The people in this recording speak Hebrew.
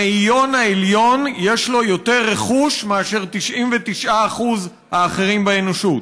למאיון העליון יש יותר רכוש מאשר ל-99% האחרים באנושות.